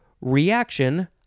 Reaction